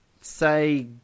say